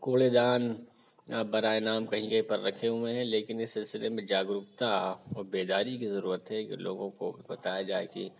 کوڑے دان برائے نام کہیں کہیں پر رکھے ہوئے ہیں لیکن اِس سلسلے میں جاگرکتا و بیداری کی ضرورت ہے کہ لوگوں کو بتایا جائے کہ